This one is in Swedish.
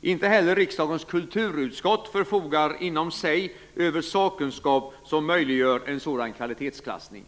Inte heller riksdagens kulturutskott förfogar inom sig över sakkunskap som möjliggör en sådan kvalitetsklassning.